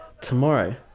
tomorrow